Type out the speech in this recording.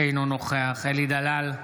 אינו נוכח אלי דלל,